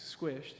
squished